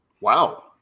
Wow